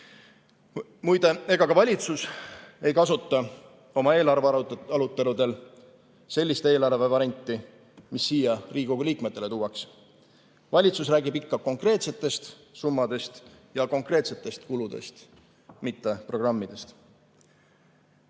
ega ka valitsus ei kasuta oma eelarvearuteludel sellist eelarvevarianti, mis siia Riigikogu liikmetele tuuakse. Valitsus räägib ikka konkreetsetest summadest ja konkreetsetest kuludest, mitte programmidest.